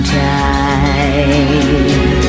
time